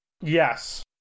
Yes